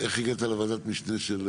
איך הגעת לוועדת משנה ארצית?